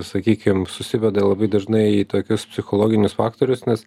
sakykim susiveda labai dažnai į tokius psichologinius faktorius nes